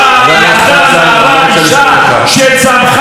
חבר הכנסת חזן, אני לא רוצה לקרוא